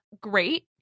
great